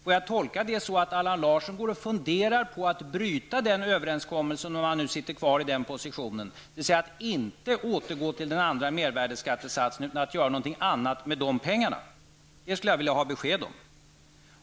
Får jag tolka det så att Allan Larsson går och funderar på att bryta överenskommelsen -- om han nu sitter kvar i den positionen -- dvs. att inte återgå till den gamla mervärdeskattesatsen utan att göra något annat med pengarna? Det skulle jag vilja ha besked om.